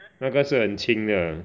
那个是很轻的